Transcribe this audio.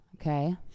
Okay